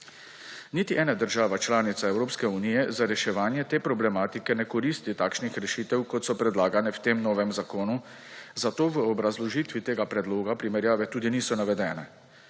Niti ena država članica Evropske unije za reševanje te problematike ne koristi takšnih rešitev, kot so predlagane v tem novem zakonu, zato v obrazložitvi tega predloga primerjave tudi niso navedene.